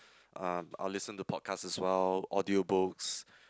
uh I'll listen to podcast as well audio books